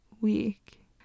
week